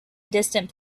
distant